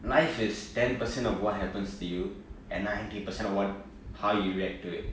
life is ten percent of what happens to you and ninety percent of what how you react to it